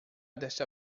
desta